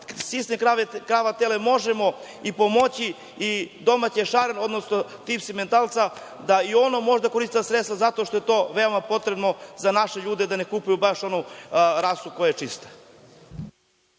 sistem krava tele možemo i pomoći i domaće šareno, odnosno tip simentalca, da i ono može da koristi ta sredstva zato što je to veoma potrebno za naše ljude da ne kupuju baš onu rasu koja je čista.